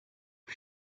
cui